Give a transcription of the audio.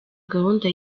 gahunda